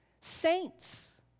Saints